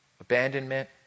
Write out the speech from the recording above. Abandonment